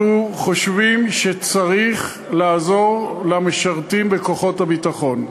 אנחנו חושבים שצריך לעזור למשרתים בכוחות הביטחון.